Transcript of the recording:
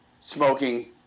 smoking